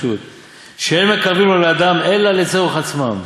"שאין מקרבין לו לאדם אלא לצורך עצמן: